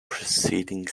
preceding